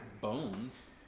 bones